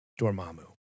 Dormammu